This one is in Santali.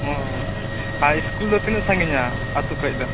ᱚᱦᱚ ᱟᱨ ᱤᱥᱠᱩᱞ ᱫᱚ ᱛᱤᱱᱟ ᱜ ᱥᱟᱺᱜᱤᱧᱟ ᱟᱛᱳ ᱠᱷᱚᱡ ᱫᱚ